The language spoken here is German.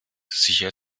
sicher